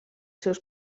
seus